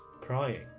crying